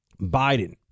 Biden